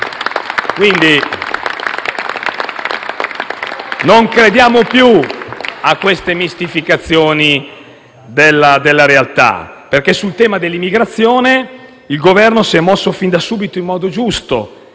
Non crediamo più a queste mistificazioni della realtà, perché sul tema dell'immigrazione il Governo si è mosso fin da subito in modo giusto